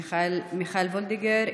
מיכל וולדיגר,